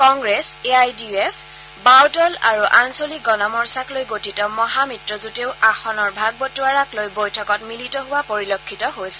Congress A I U D F বাওঁ দল আৰু আঞ্চলিক গণ মৰ্চাক লৈ গঠিত মহামিত্ৰজোঁটেও আসনৰ ভাগ বাটোৱাৰাক লৈ বৈঠকত মিলিত হোৱা পৰিলক্ষিত হৈছে